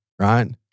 right